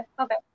Okay